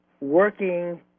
working